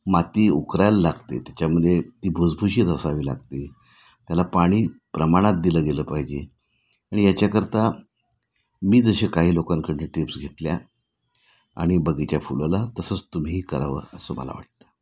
माती उकरायला लागते त्याच्यामध्ये ती भुसभुशीत असावी लागते त्याला पाणी प्रमाणात दिलं गेलं पाहिजे आणि याच्याकरता मी जसे काही लोकांकडनं टिप्स घेतल्या आणि बगीचा फुलवला तसंच तुम्ही करावं असं मला वाटतं